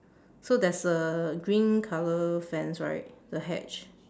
so there's a green colour fence right the hedge